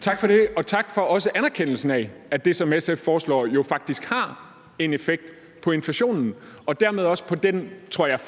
Tak for det, og også tak for anerkendelsen af, at det, som SF foreslår, jo faktisk har en effekt på inflationen og dermed også på det, tror jeg,